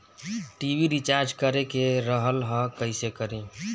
TV recharge करे के रहल ह कइसे करी?